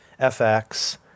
FX